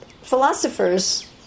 philosophers